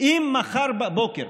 אם מחר בבוקר